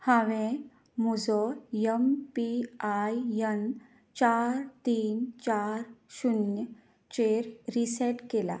हांवें म्हजो M P I N चार तीन चार शुन्य चेर रीसेट केला